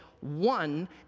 one